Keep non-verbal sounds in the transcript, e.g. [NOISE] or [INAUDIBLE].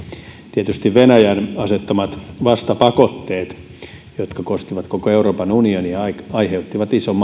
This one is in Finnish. tietysti venäjän asettamat vastapakotteet jotka koskivat koko euroopan unionia aiheuttivat ison [UNINTELLIGIBLE]